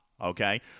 Okay